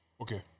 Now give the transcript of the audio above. okay